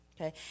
Okay